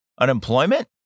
Unemployment